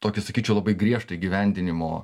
tokį sakyčiau labai griežtų įgyvendinimo